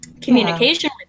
communication